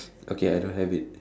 okay I don't have it